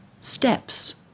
steps